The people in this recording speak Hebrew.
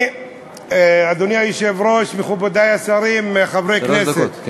חבר הכנסת עיסאווי פריג' מבקש לעלות להשיב.